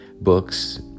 books